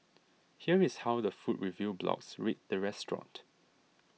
here is how the food review blogs rate the restaurant